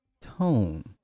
tone